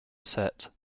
sit